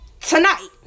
Tonight